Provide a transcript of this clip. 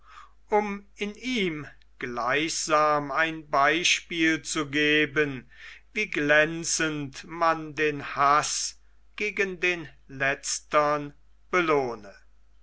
um in ihm gleichsam ein beispiel zu geben wie glänzend man den haß gegen den letztern belohne